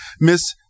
Miss